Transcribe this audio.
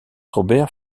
robert